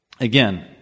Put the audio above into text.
again